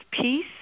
peace